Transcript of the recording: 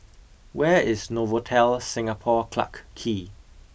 where is Novotel Singapore Clarke Quay